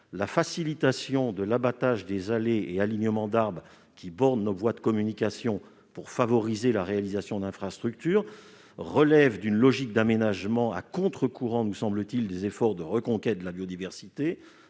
La facilitation de l'abattage des allées et alignements d'arbres qui bordent nos voies de communication pour favoriser la réalisation d'infrastructures relève d'une logique d'aménagement à contre-courant des efforts de reconquête de la biodiversité,